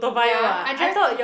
ya I drive to